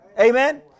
Amen